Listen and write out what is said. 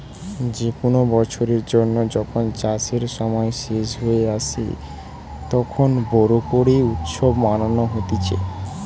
যে কোনো বছরের জন্য যখন চাষের সময় শেষ হয়ে আসে, তখন বোরো করে উৎসব মানানো হতিছে